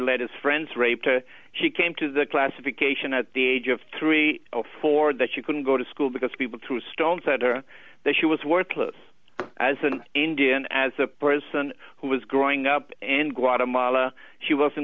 his friends raped her she came to the classification at the age of three or four that you couldn't go to school because people threw stones at her that she was worthless as an indian as a person who was growing up in guatemala she wasn't